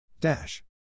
Dash